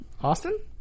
Austin